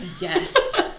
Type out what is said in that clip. Yes